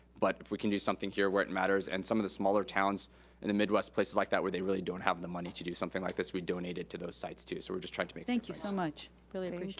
but if we can do something here where it matters, and some of the smaller towns in the midwest, places like that where they really don't have the money to do something like this, we donate it to those sites, too. so we're just trying to make thank you so much. really appreciate